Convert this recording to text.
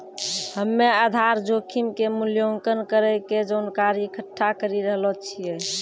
हम्मेआधार जोखिम के मूल्यांकन करै के जानकारी इकट्ठा करी रहलो छिऐ